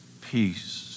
peace